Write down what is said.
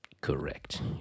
Correct